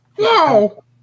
No